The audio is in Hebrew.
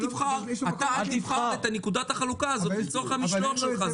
תבחר את נקודת החלוקה הזאת לצורך המשלוח שלך,